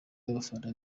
w’abafana